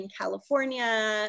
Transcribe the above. California